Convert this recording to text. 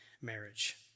marriage